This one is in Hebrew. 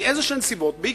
מסיבות כלשהן,